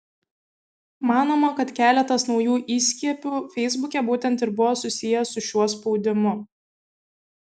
manoma kad keletas naujų įskiepių feisbuke būtent ir buvo susiję su šiuo spaudimu